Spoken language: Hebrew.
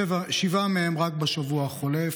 שבעה מהם רק בשבוע החולף.